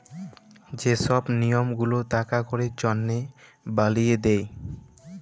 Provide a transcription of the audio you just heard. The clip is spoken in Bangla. যে ছব লিয়ম গুলা টাকা কড়ির জনহে বালিয়ে দে